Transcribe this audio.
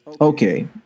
Okay